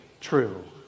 true